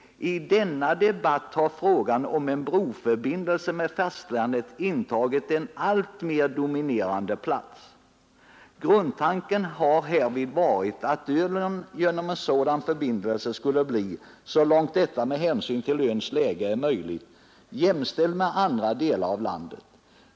I denna debatt har frågan om en broförbindelse med fastlandet intagit en alltmer dominerande plats. Grundtanken har härvid varit, att Öland genom en sådan förbindelse skall bli, så långt detta med hänsyn till öns läge är möjligt, jämställd med andra delar av landet.